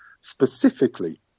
specifically